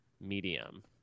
medium